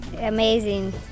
amazing